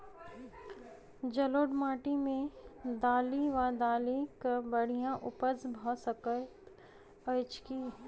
जलोढ़ माटि मे दालि वा दालि केँ बढ़िया उपज भऽ सकैत अछि की?